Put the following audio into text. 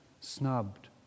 snubbed